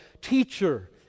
teacher